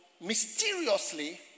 mysteriously